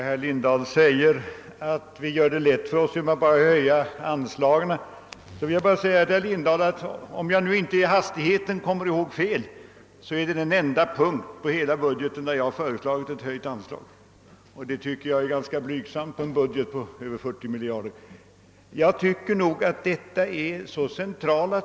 Herr talman! Trafiksäkerhetsverket är ju ett ganska nytillkommet verk. Det började sin verksamhet den 1 januari 1968. Det förslag som nu föreligger från utskottets sida innebär kraftiga höjningar av verkets anslag, men i här förevarande avseende är höjningen obetydlig, det erkännes gärna.